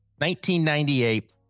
1998